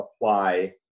apply